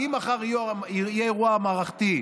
כי אם מחר יהיה אירוע רב-מערכתי,